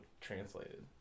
translated